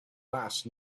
last